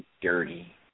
dirty